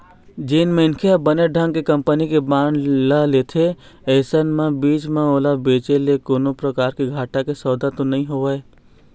जेन मनखे मन ह बने ढंग के कंपनी के बांड ल लेथे अइसन म बीच म ओला बेंचे ले कोनो परकार के घाटा के सौदा तो नइ होवय